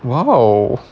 !wow!